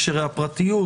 הקשרי הפרטיות,